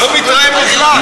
לא מתרעם בכלל.